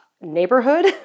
neighborhood